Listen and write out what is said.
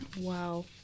Wow